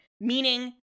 meaning